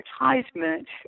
advertisement